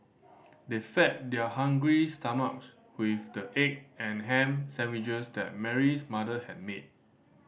they fed their hungry stomachs with the egg and ham sandwiches that Mary's mother had made